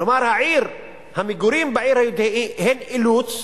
כלומר, המגורים בעיר היהודית הם אילוץ,